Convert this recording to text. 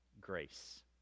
grace